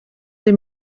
sie